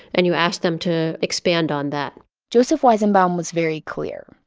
and you ask them to expand on that joseph weizenbaum was very clear.